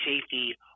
safety